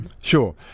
Sure